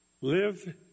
live